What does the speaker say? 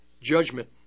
judgment